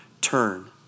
turn